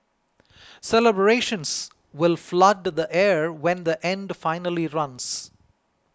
celebrations will flood the air when the end finally runs